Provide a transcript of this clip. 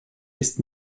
ist